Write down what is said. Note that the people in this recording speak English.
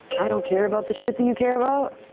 i don't care about the shit that you care about,